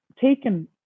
taken